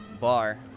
Bar